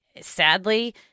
sadly